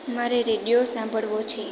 મારે રેડિયો સાંભળવો છે